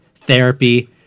therapy